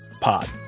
Pod